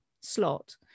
slot